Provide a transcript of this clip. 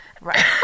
right